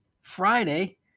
Friday